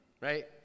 right